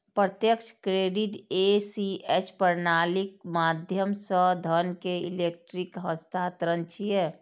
प्रत्यक्ष credit ACH प्रणालीक माध्यम सं धन के इलेक्ट्रिक हस्तांतरण छियै